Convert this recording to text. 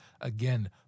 again